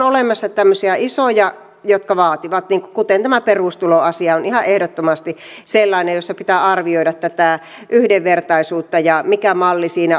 on olemassa tämmöisiä isoja jotka vaativat kuten tämä perustuloasia on ihan ehdottomasti sellainen jossa pitää arvioida tätä yhdenvertaisuutta ja sitä mikä malli siinä olisi toimiva